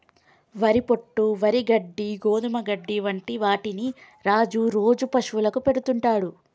వరి పొట్టు, వరి గడ్డి, గోధుమ గడ్డి వంటి వాటిని రాజు రోజు పశువులకు పెడుతుంటాడు